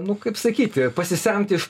nu kaip sakyti pasisemti iš